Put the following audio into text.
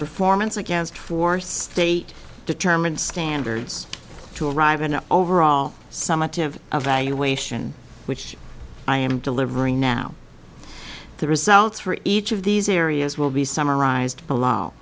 performance against four state determine standards to arrive an overall summative evaluation which i am delivering now the results for each of these areas will be summarized below